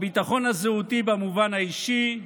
הביטחון הזהותי במובן האישי,